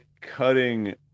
cutting